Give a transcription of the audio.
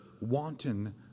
wanton